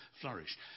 flourish